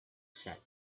said